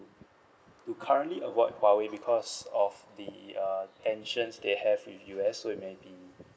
to currently avoid huawei because of the uh tensions they have with U_S so it may be